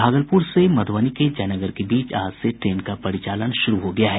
भागलपुर से मधुबनी के जयनगर के बीच आज से ट्रेन का परिचालन शुरू हो गया है